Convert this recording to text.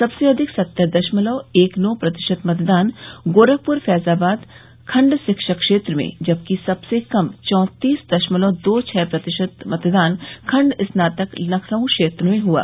सबसे अधिक सत्तर दशमलव एक नौ प्रतिशत मतदान गोरखपुर फैजाबाद खंड शिक्षक क्षेत्र में जबकि सबसे कम चौंतीस दशमलव दो छह प्रतिशत मतदान खंड स्नातक लखनऊ क्षेत्र में हुआ